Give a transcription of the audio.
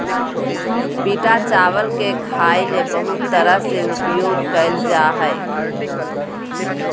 पिटा चावल के खाय ले बहुत तरह से उपयोग कइल जा हइ